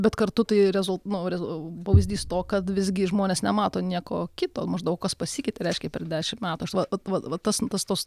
bet kartu tai rezul nu rezul pavyzdys to kad visgi žmonės nemato nieko kito maždaug kas pasikeitė reiškia per dešimt metų va va va tas tos